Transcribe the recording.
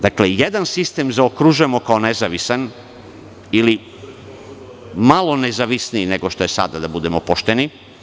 Dakle, jedan sistem zaokružujemo kao nezavistan ili malo nezavisniji, nego što je sada, da budemo pošteni.